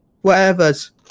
whatever's